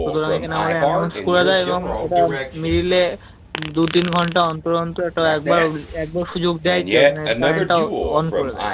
সুতরাং এখানে আমাদের অ্যানাউন্স করে দেয় এবং এটা মিডিলে দু তিন ঘন্টা অন্তর অন্তর এটা একবার একবার সুযোগ দেয় যে ওখানের কারেন্টটাও অন করে দেয়